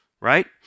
right